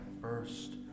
first